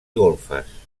golfes